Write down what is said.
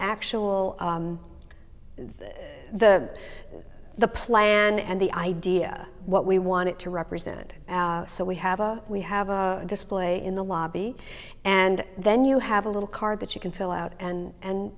actual the the player and the idea what we want it to represent so we have a we have a display in the lobby and then you have a little card that you can fill out and